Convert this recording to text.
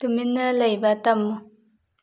ꯇꯨꯃꯤꯟꯅ ꯂꯩꯕ ꯇꯝꯃꯨ